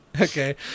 okay